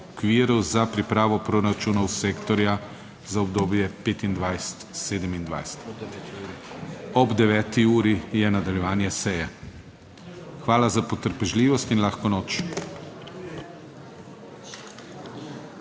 za pripravo proračunov sektorja za obdobje 2025-2027. Ob 9. uri je nadaljevanje seje. Hvala za potrpežljivost in lahko noč.